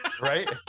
Right